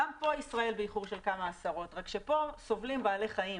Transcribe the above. ישראל באיחור של כמה עשרות אלא שכאן סובלים בעלי חיים